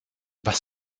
was